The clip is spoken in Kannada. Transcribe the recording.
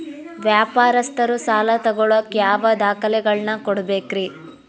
ವ್ಯಾಪಾರಸ್ಥರು ಸಾಲ ತಗೋಳಾಕ್ ಯಾವ ದಾಖಲೆಗಳನ್ನ ಕೊಡಬೇಕ್ರಿ?